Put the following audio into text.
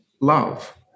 love